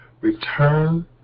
return